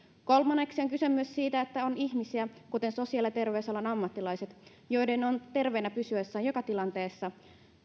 kolmanneksi on kysymys siitä että on ihmisiä kuten sosiaali ja terveysalan ammattilaiset joiden on terveenä pysyessään joka tilanteessa